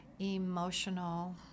emotional